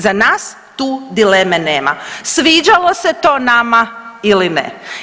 Za nas tu dileme nema, sviđalo se to nama ili ne.